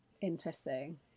Interesting